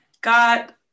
got